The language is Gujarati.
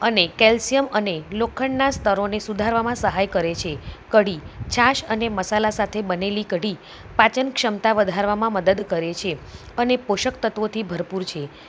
અને કેલ્શિયમ અને લોખંડના સ્તરોને સુધારવામાં સહાય કરે છે કઢી છાશ અને મસાલા સાથે બનાવેલી કઢી પાચનક્ષમતા વધારવામાં મદદ કરે છે અને પોષકતત્ત્વોથી ભરપૂર છે